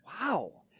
Wow